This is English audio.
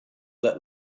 let